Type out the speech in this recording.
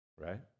right